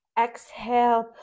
exhale